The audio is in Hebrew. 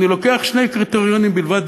אני לוקח שני קריטריונים בלבד,